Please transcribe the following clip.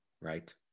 right